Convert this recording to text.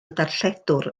darlledwr